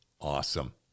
Awesome